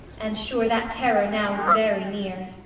and sure that terror now is very near.